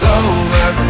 over